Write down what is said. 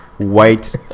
white